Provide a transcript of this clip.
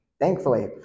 thankfully